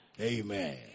Amen